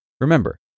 Remember